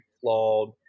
flawed